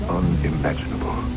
unimaginable